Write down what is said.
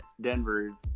Denver